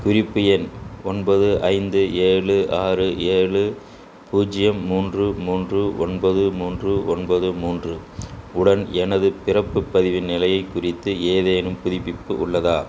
குறிப்பு எண் ஒன்பது ஐந்து ஏழு ஆறு ஏழு பூஜ்ஜியம் மூன்று மூன்று ஒன்பது மூன்று ஒன்பது மூன்று உடன் எனது பிறப்பு பதிவின் நிலையை குறித்து ஏதேனும் புதுப்பிப்பு உள்ளதா